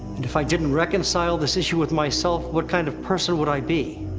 and if i didn't reconcile this issue with myself, what kind of person would i be?